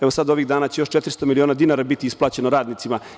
Evo sad ovih dana će još 400 miliona dinara biti isplaćeno radnicima.